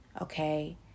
okay